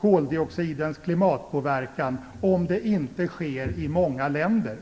koldioxidens klimatpåverkan om det arbetet inte sker i många länder.